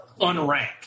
unranked